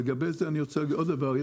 לגבי זה אני רוצה להגיד עוד דבר.